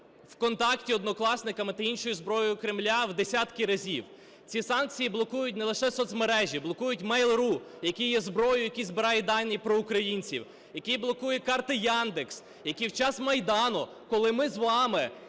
"ВКонтакті", "Однокласниками" та іншою зброєю Кремля в десятки разів. Ці санкції блокують не лише соцмережі, блокують Mail.ru, який є зброєю, який збирає дані про українців, який блокує карти "Яндекс", який в час Майдану, коли ми з вами